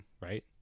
Right